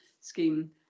scheme